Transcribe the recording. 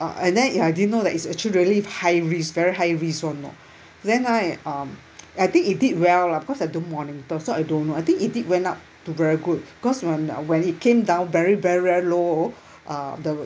uh and then I didn't know that it's actually high risk very high risk [one] know then I um I think it did well lah because I don't monitor so I don't know I think it did went up to very good cause when when it came down very very very low uh the